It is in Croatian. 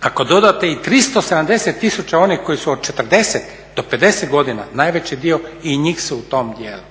ako dodate i 370 tisuća onih koji su od 40 do 50 godina najveći dio i njih su u tom dijelu.